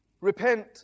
repent